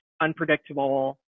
unpredictable